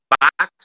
box